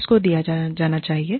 किसको दिया जाना चाहिए